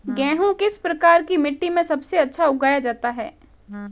गेहूँ किस प्रकार की मिट्टी में सबसे अच्छा उगाया जाता है?